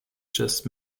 just